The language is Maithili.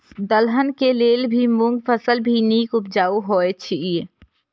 दलहन के लेल भी मूँग फसल भी नीक उपजाऊ होय ईय?